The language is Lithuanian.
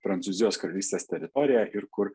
prancūzijos karalystės teritoriją ir kur